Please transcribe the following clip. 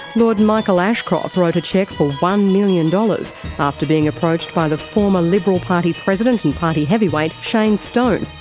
lord michael ashcroft wrote a cheque for one million dollars after being approached by the former liberal party president and party heavyweight shane stone.